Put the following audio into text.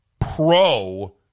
Pro